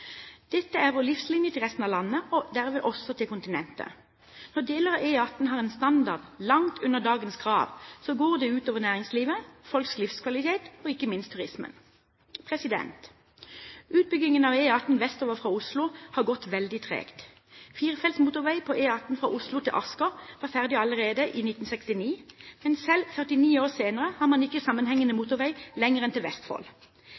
Dette er vår livline til resten av landet, og derved også til kontinentet. Når deler av E18 har en standard langt under dagens krav, så går det utover næringslivet, folks livskvalitet og ikke minst turismen. Utbyggingen av E18 vestover fra Oslo har gått veldig tregt. Firefelts motorvei på E18 fra Oslo til Asker var ferdig allerede i 1969, men selv 49 år senere har man ikke sammenhengende motorvei lenger enn til Vestfold.